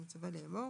אני מצווה לאמור: